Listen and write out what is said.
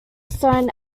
assign